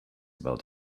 about